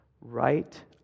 right